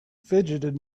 fidgeted